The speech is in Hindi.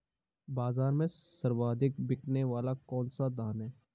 बाज़ार में सर्वाधिक बिकने वाला कौनसा धान है?